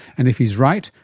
and if he's right,